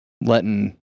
Letting